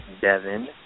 Devin